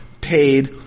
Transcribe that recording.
paid